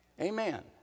Amen